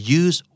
use